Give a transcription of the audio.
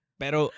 pero